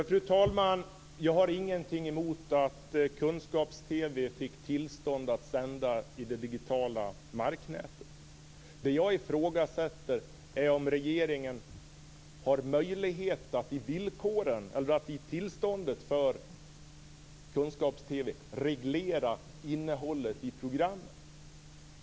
Fru talman! Jag har ingenting emot att Kunskaps Det jag ifrågasätter är om regeringen har möjlighet att i tillståndet för Kunskaps-TV reglera innehållet i programmen.